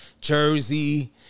Jersey